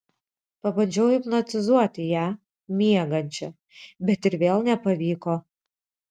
pabandžiau hipnotizuoti ją miegančią bet ir vėl nepavyko